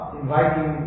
inviting